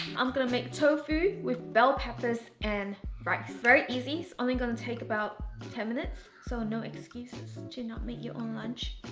i'm gonna make tofu with bell peppers and rice. it's very easy. it's only gonna take about ten minutes, so no excuses to not make your own lunch.